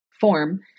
form